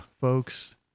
folks